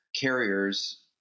carriers